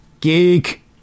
geek